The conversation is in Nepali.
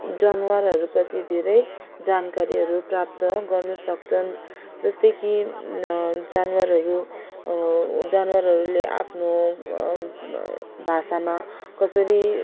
जनावरहरूप्रति धेरै जानकारी प्राप्त गर्न सक्छन् जस्तै कि जनावरहरू जनावरहरूले आफ्नो भाषामा कसरी